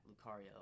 Lucario